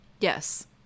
Yes